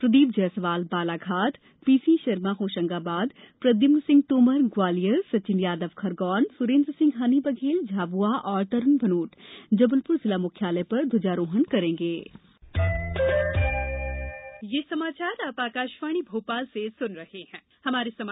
Pradeep Jaiswal Balaghat PC Sharma Hoshangabad Pradyumn Singh Tomar Gwalior Sachin Yadav Khargone Surendra Singh Honey Baghel Jhabua और तरूण भनोत जबलपुर जिला मुख्यालय पर ध्वजारोहण करेंगे